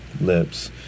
lips